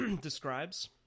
describes